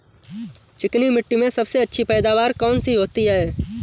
चिकनी मिट्टी में सबसे अच्छी पैदावार कौन सी होती हैं?